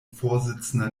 vorsitzender